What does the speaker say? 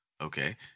Okay